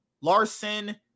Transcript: Larson